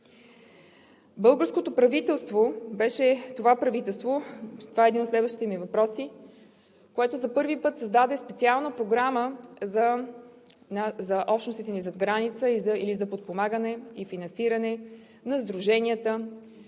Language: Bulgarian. Българското правителство беше правителството – това е един от следващите ми въпроси, което за първи път създаде социална програма за общностите ни зад граница или за подпомагане и финансиране на сдруженията